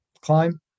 climb